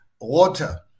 water